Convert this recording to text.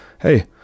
hey